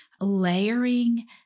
layering